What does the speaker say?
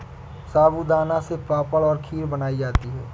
साबूदाना से पापड़ और खीर बनाई जाती है